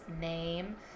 name